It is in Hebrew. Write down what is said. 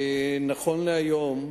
נכון להיום,